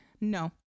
no